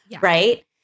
right